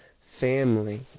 family